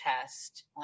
test